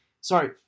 sorry